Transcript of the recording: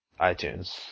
iTunes